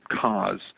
cause